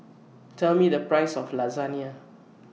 Tell Me The priceS of Lasagne